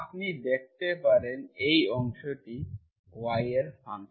আপনি দেখতে পারেন এই অংশটি y এর ফাংশন